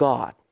God